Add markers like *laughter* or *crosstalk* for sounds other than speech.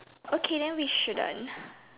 okay then we shouldn't *breath*